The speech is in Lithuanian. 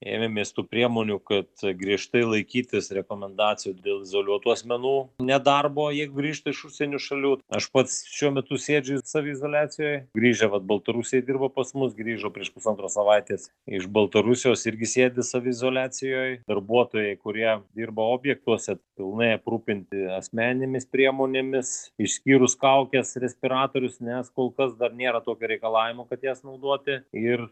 ėmėmės tų priemonių kad griežtai laikytis rekomendacijų dėl izoliuotų asmenų nedarbo jeigu grįžta iš užsienio šalių aš pats šiuo metu sėdžiu saviizoliacijoje grįžę vat baltarusiai dirbo pas mus grįžo prieš pusantros savaitės iš baltarusijos irgi sėdi saviizoliacijoj darbuotojai kurie dirba objektuose pilnai aprūpinti asmeninėmis priemonėmis išskyrus kaukes respiratorius nes kol kas dar nėra tokio reikalavimo kad jas naudoti ir